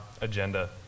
agenda